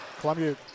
Columbia